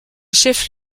chef